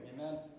Amen